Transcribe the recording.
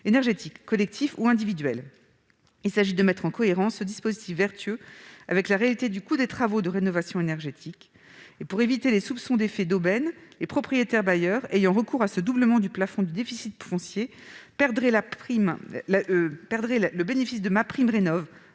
d'énergie, collectifs ou individuels. Il s'agit de mettre en cohérence ce dispositif vertueux avec la réalité du coût des travaux de rénovation énergétique. Pour éviter tout effet d'aubaine, les propriétaires bailleurs ayant recours à ce doublement du plafond du déficit foncier perdraient le bénéfice de MaPrimeRénov'pour